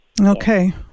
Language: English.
okay